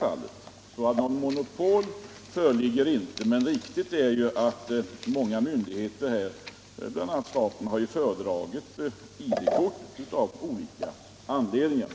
Alltså: Något monopol föreligger inte, men riktigt är att många instanser, bl.a. statliga myndigheter, av olika anledningar har föredragit AB ID-korts system.